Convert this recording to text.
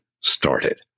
started